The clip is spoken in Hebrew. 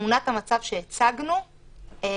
תמונת המצב שהצגנו היא